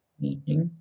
meeting